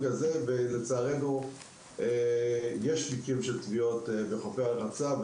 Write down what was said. הזה ולצערנו יש מקרים של טביעות בחופי הרחצה,